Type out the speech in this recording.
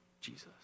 Jesus